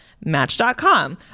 match.com